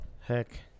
Heck